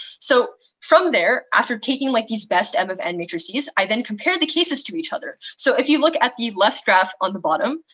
so from there, after taking like these best m of n matrices, i then compared the cases to each other. so if you look at the left graph on the bottom,